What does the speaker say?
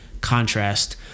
contrast